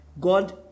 God